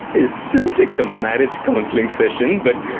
it sounds like some marriage counselling session but,